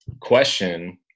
question